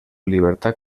libertad